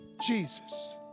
Jesus